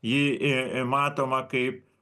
ji i matoma kaip